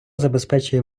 забезпечує